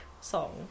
song